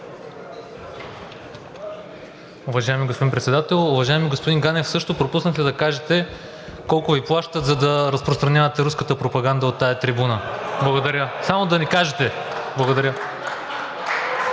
Уважаеми господин Председател! Уважаеми господин Ганев, също пропуснахте да кажете колко Ви плащат, за да разпространявате руската пропаганда от тази трибуна? Само да ни кажете. Благодаря.